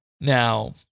Now